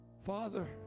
Father